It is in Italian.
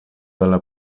dalla